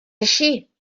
així